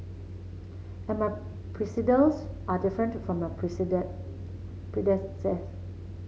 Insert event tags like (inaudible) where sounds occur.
and my (unintelligible) are different from your (unintelligible)